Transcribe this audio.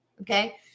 Okay